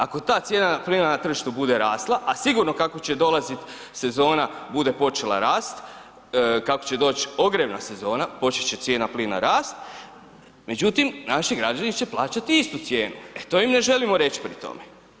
Ako ta cijena plina na tržištu bude rasla a sigurno kako će dolazit sezona bude počela rast, kako će doći ogrjevna sezona, počet će cijena plina rast, međutim naši građani će plaćati istu cijenu, e to im ne želimo reći pri tome.